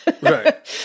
Right